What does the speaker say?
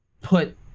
put